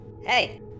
Hey